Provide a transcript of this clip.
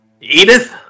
Edith